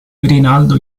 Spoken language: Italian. rinaldo